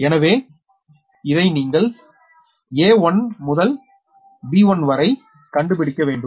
எனவே இதை நீங்கள் a1 முதல் b1 வரை கண்டுபிடிக்க வேண்டும்